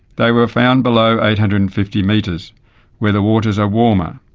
they were found below eight hundred and fifty metres where the waters are warmer.